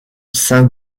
saint